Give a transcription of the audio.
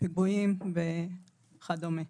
פיגועים וכדומה.